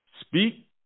Speak